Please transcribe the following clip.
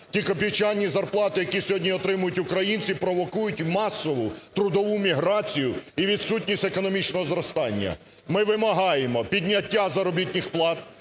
Ті копійчані, які сьогодні отримують українці, провокують масову трудову міграцію і відсутність економічного зростання. Ми вимагаємо підняття заробітних плат,